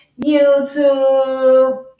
YouTube